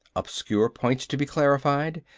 obscure points to be clarified,